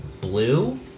blue